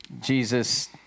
Jesus